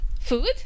Food